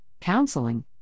counseling